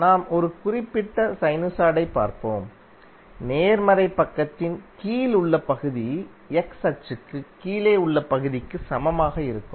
நாம் ஒரு குறிப்பிட்ட சைனுசாய்டை பார்ப்போம் நேர்மறை பக்கத்தின் கீழ் உள்ள பகுதி x அச்சுக்கு கீழே உள்ள பகுதிக்கு சமமாக இருக்கும்